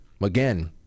again